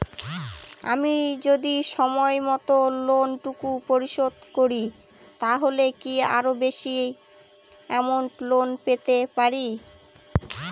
আমি যদি সময় মত লোন টুকু পরিশোধ করি তাহলে কি আরো বেশি আমৌন্ট লোন পেতে পাড়ি?